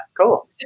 Cool